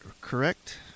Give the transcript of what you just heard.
correct